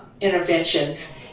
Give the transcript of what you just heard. interventions